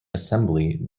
assembly